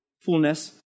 fullness